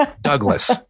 Douglas